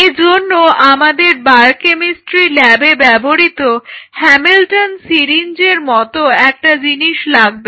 এজন্য আমাদের বায়োকেমিস্ট্রি ল্যাবে ব্যবহৃত হ্যামিল্টন সিরিঞ্জের মত একটা জিনিস লাগবে